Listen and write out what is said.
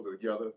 together